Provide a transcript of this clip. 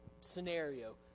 scenario